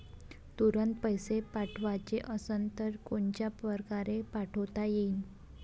तुरंत पैसे पाठवाचे असन तर कोनच्या परकारे पाठोता येईन?